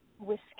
whiskey